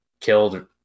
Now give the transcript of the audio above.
killed